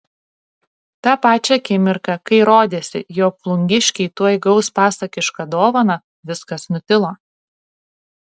tą pačią akimirką kai rodėsi jog plungiškiai tuoj gaus pasakišką dovaną viskas nutilo